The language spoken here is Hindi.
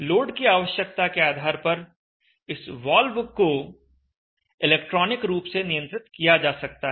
लोड की आवश्यकता के आधार पर इस वॉल्व को इलेक्ट्रॉनिक रूप से नियंत्रित किया जा सकता है